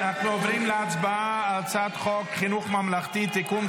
אנחנו עוברים להצבעה על הצעת חוק חינוך ממלכתי (תיקון,